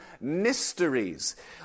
mysteries